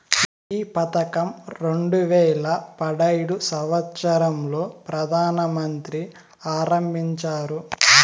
ఈ పథకం రెండు వేల పడైదు సంవచ్చరం లో ప్రధాన మంత్రి ఆరంభించారు